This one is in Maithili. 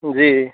जी